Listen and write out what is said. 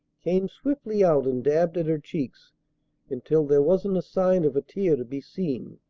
came swiftly out and dabbed at her cheeks until there wasn't a sign of a tear to be seen.